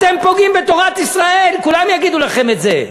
אתם פוגעים בתורת ישראל, כולם יגידו לכם את זה,